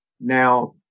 Now